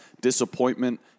Disappointment